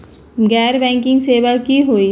गैर बैंकिंग सेवा की होई?